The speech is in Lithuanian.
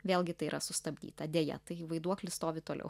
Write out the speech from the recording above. vėlgi tai yra sustabdyta deja tai vaiduoklis stovi toliau